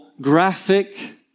graphic